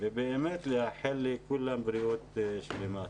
ובאמת לאחל לכולם בריאות שלמה.